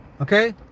okay